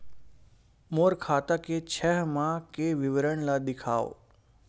मोर खाता के छः माह के विवरण ल दिखाव?